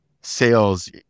sales